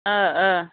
ओ ओ